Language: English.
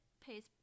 pays